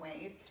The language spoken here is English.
ways